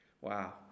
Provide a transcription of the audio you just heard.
wow